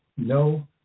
No